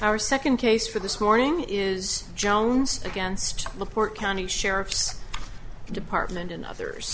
our second case for this morning is jones against the port county sheriff's department and others